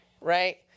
right